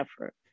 effort